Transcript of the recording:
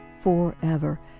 forever